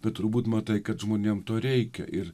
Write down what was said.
bet turbūt matai kad žmonėm to reikia ir